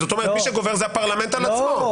זאת אומרת, מי שגובר זה הפרלמנט על עצמו.